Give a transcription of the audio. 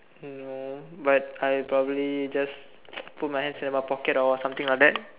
no but I probably just put my hands in my pocket or something like that